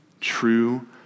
true